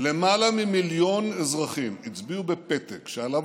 למעלה ממיליון אזרחים הצביעו בפתק שעליו